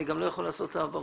אני גם לא יכול לעשות העברות.